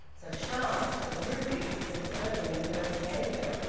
so sharp, so rudely disconcerting in her behaviour.